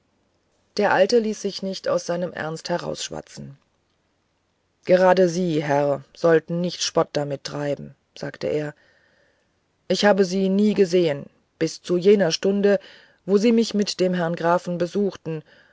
der alte ließ sich nicht aus seinem ernst herausschwatzen gerade sie verehrter herr sollten nicht spott damit treiben sagte er ich habe sie nie gesehen bis zu jener stunde wo sie mich mit dem herrn grafen besuchten